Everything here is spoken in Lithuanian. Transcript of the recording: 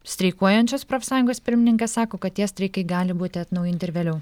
streikuojančios profsąjungos pirmininkas sako kad tie streikai gali būti atnaujinti ir vėliau